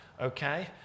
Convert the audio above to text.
Okay